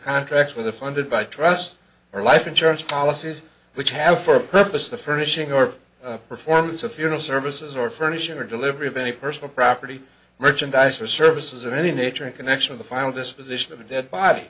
contracts with a funded by trust or life insurance policies which have for a purpose the furnishing or performance of funeral services or furnishing or delivery of any personal property merchandise for services of any nature in connection of the final disposition of a dead body